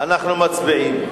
אנחנו מצביעים.